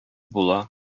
була